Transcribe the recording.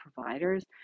providers